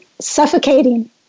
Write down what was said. suffocating